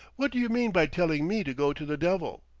what d'you mean by telling me to go to the devil.